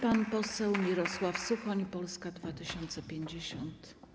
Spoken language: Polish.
Pan poseł Mirosław Suchoń, Polska 2050.